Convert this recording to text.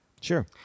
Sure